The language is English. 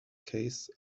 case